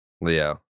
Leo